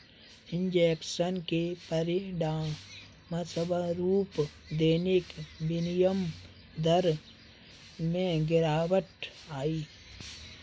injection के परिणामस्वरूप दैनिक विनिमय दर में गिरावट आई